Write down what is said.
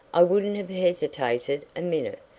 i wouldn't have hesitated a minute,